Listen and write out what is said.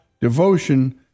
Devotion